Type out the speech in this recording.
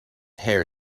hair